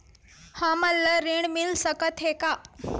हमन ला ऋण मिल सकत हे का?